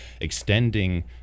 extending